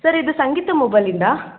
sir ಇದು ಸಂಗೀತ ಮೊಬೈಲಿಂದ